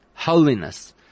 Holiness